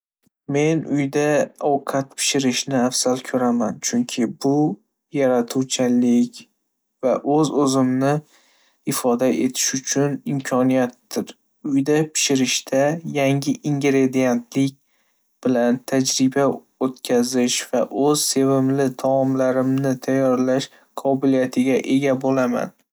Men uyda ovqat pishirishni afzal ko'raman, chunki bu yaratuvchanlik va o'zimni ifoda etish uchun imkoniyatdir. Uyda pishirishda yangi ingredientlar bilan tajriba o'tkazish va o'z sevimli taomlarimni tayyorlash qobiliyatiga ega bo'laman.